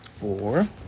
Four